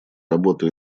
работу